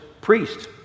priest